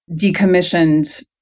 decommissioned